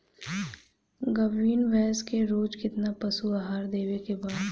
गाभीन भैंस के रोज कितना पशु आहार देवे के बा?